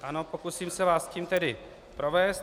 Ano, pokusím se vás tím tedy provést.